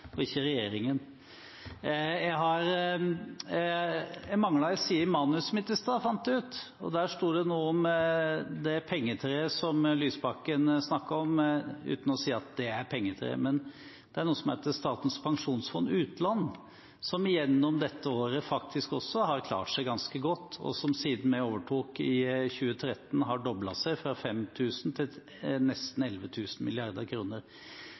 og ikke regjeringen. Jeg fant ut at jeg manglet en side i manuset mitt i stad, og der sto det noe om det pengetreet Lysbakken snakker om – uten å si at det er pengetre. Det er noe som heter Statens pensjonsfond utland, som gjennom dette året faktisk har klart seg ganske godt, og som siden vi overtok i 2013, har doblet seg, fra 5 000 mrd. kr til nesten